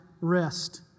rest